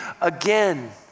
again